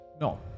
No